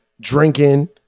drinking